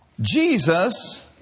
Jesus